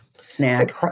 snack